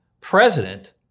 president